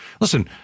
listen